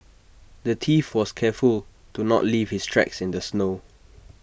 the thief was careful to not leave his tracks in the snow